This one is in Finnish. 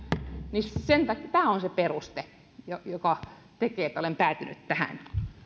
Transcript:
niin tämä on se peruste joka tekee että olen päätynyt tähän